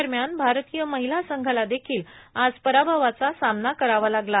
दरम्यान भारतीय महिला संघाला देखील आज पराभवाचा सामना करावा लागला